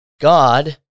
God